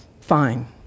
fine